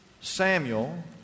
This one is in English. Samuel